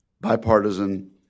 bipartisan